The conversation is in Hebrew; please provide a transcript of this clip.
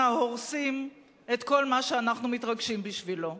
הורסים את כל מה שאנחנו מתרגשים בשבילו.